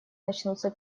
начнутся